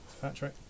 Patrick